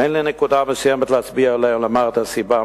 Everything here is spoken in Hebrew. אין לי נקודה מסוימת להצביע עליה ולומר את הסיבה,